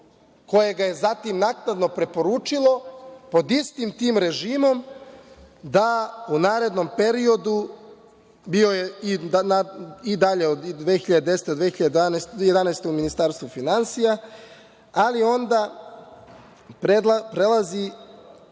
koje ga je zatim naknadno preporučilo. Pod istim tim režimom u narednom periodu bio je i dalje 2010. do 2011. godine u Ministarstvu finansija, ali onda prelazi